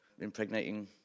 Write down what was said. impregnating